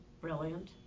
brilliant